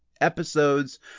episodes